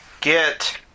get